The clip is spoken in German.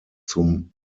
zum